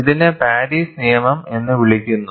ഇതിനെ പാരീസ് നിയമം എന്ന് വിളിക്കുന്നു